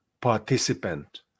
participant